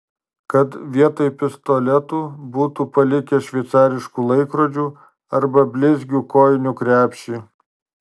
kad vietoj pistoletų būtų palikę šveicariškų laikrodžių arba blizgių kojinių krepšį